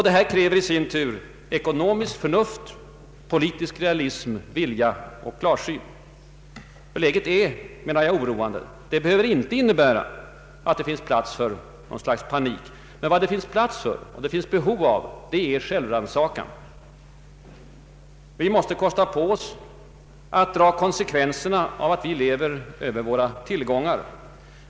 Detta kräver i sin tur ekonomiskt förnuft, politisk realism, vilja och klarsyn. Läget är oroande. Det behöver inte innebära någon panik, men det finns plats för och behov av självrannsakan. Vi måste kosta på oss att dra ut konsekvenserna av att vi lever över våra tillgångar.